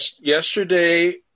yesterday